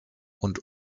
und